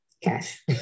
Cash